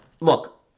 Look